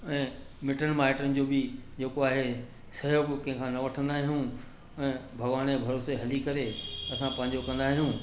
ऐं मिटनि माइटनि जो बि जेको आहे सहयोग कंहिंखां न वठंदा आहियूं ऐं भॻवान जे भरोसे हली करे असां पंहिंजो कंदा आहियूं